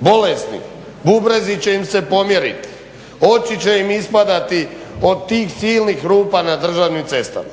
bolesni, bubrezi će im se pomjeriti, oči će im ispadati od tih silnih rupa na državnim cestama.